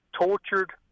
tortured